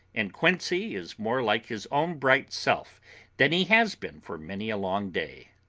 and quincey is more like his own bright self than he has been for many a long day.